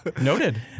Noted